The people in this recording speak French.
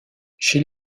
chez